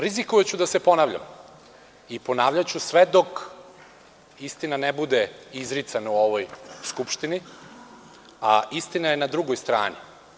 Rizikovaću da se ponavljam i ponavljaću sve dok istina ne bude izricana u ovoj Skupštini, a istina je na drugoj strani.